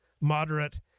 moderate